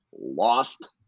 lost